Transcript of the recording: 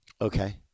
Okay